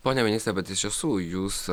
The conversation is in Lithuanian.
pone ministre bet iš tiesų jūs